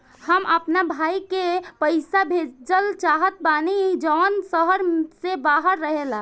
हम अपना भाई के पइसा भेजल चाहत बानी जउन शहर से बाहर रहेला